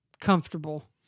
comfortable